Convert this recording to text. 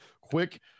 quick